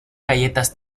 galletas